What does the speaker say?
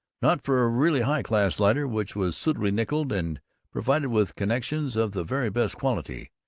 not for a really high-class lighter which was suitably nickeled and provided with connections of the very best quality.